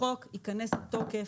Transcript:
החוק ייכנס לתוקף.